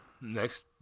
next